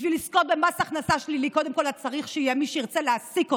בשביל לזכות במס הכנסה שלילי קודם כול צריך שיהיה מי שירצה להעסיק אותך,